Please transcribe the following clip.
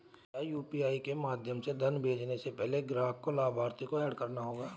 क्या यू.पी.आई के माध्यम से धन भेजने से पहले ग्राहक को लाभार्थी को एड करना होगा?